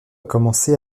commencé